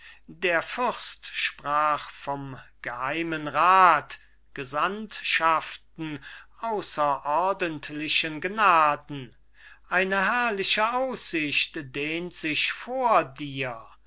der fürst sprach vom geheimenrath gesandtschaften außerordentlichen gnaden eine herrliche aussicht dehnt sich vor dir